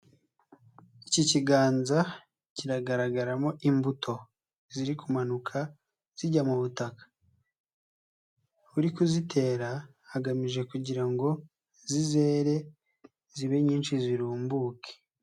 Iki kiganza kiragaragaramo imbuto ziri kumanuka zijya mu butaka, uri kuzitera agamije kugira ngo zizere zibe nyinshi zirumbuke.